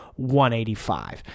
185